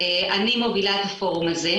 אני מובילה את הפורום הזה,